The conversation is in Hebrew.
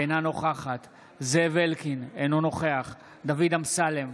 אינה נוכחת זאב אלקין, אינו נוכח דוד אמסלם,